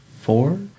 four